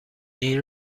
این